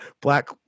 black